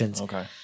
Okay